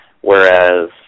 whereas